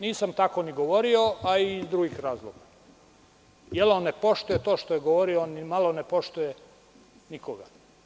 Nisam tako ni govorio, a i iz drugih razloga, jer on ne poštuje to što je govorio, on ne poštuje nikoga.